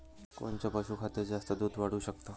कोनचं पशुखाद्य जास्त दुध वाढवू शकन?